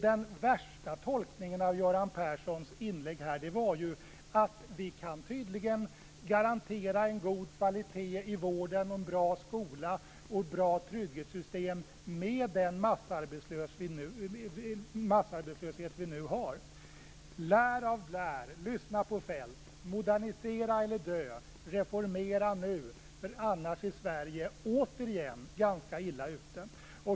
Den värsta tolkningen av Göran Perssons inlägg här, var att vi tydligen kan garantera en god kvalitet i vården, en bra skola och bra trygghetssystem med den massarbetslöshet vi nu har. Lär av Blair! Lyssna på Feldt! Modernisera eller dö - reformera nu! Annars är Sverige återigen ganska illa ute.